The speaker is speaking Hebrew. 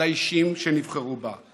על האישים שנבחרו בה.